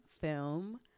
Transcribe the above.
film